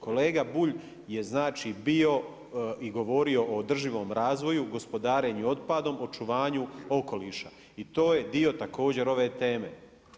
Kolega Bulj je znači bio i govorio o održivom razvoju gospodarenju otpadom, očuvanju okoliša i to je dio također ove teme.